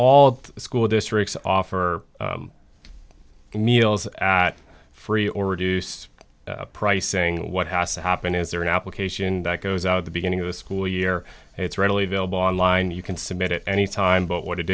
all school districts offer meals free or reduced pricing what has happened is there an application that goes out the beginning of the school year it's readily available online you can submit it any time but what it